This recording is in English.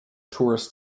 tourist